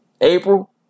April